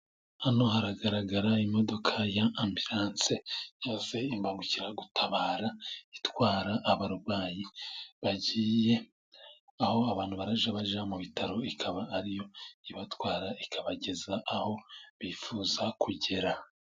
Hano haragaragara imodoka ya ambulanse cyangwa se imbangukiragutabara, itwara abarwayi bagiye aho abantu barajya bajya mu bitaro ikaba ariyo ibatwara ikabageza aho bifuza kugera.